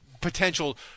potential